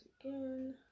again